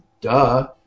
Duh